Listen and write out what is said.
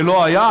ולא היה,